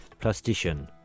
Plastician